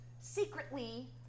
secretly